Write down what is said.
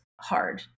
hard